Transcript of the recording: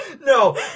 No